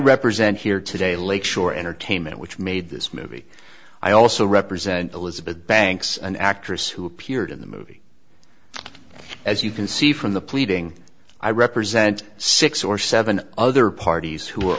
represent here today lakeshore entertainment which made this movie i also represent elizabeth banks an actress who appeared in the movie as you can see from the pleading i represent six or seven other parties who